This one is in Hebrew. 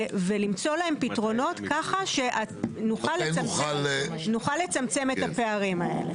ולמצוא להן פתרונות ככה שנוכל לצמצם את הפערים האלה.